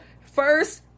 first